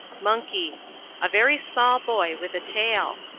monkey a very small boy with a tail.